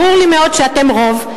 ברור לי מאוד שאתם רוב,